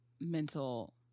mental